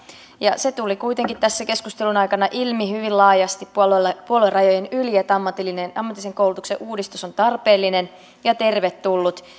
se tuli kuitenkin tässä keskustelun aikana ilmi hyvin laajasti puoluerajojen yli että ammatillisen koulutuksen uudistus on tarpeellinen ja tervetullut